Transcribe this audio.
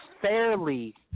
fairly